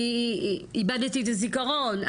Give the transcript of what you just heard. אני איבדתי את הזיכרון,